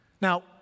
Now